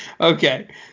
Okay